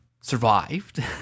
survived